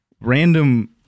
random